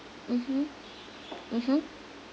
mmhmm mmhmm